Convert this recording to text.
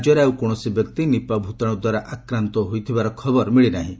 ରାଜ୍ୟରେ ଆଉ କୌଣସି ବ୍ୟକ୍ତି ନିପ୍ସା ଭୂତାଣୁ ଦ୍ୱାରା ଆକ୍ରାନ୍ତ ହୋଇଥିବାର ଖବର ମିଳିନାହିଁ